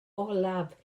olaf